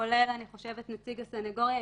כולל נציג הסנגוריה,